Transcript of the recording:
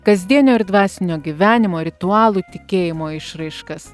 kasdienio ir dvasinio gyvenimo ritualų tikėjimo išraiškas